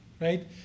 right